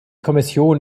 kommission